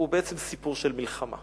זהו בעצם סיפור של מלחמה.